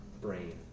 brain